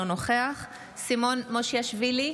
אינו נוכח סימון מושיאשוילי,